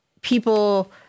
people